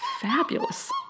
fabulous